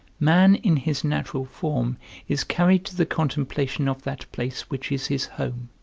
man in his natural form is carried to the contemplation of that place which is his home,